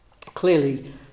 Clearly